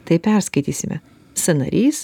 tai perskaitysime sąnarys